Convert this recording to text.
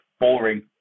boring